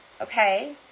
Okay